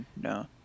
no